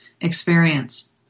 experience